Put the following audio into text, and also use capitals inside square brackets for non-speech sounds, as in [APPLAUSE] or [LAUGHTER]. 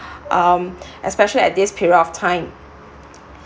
um especially at this period of time [NOISE]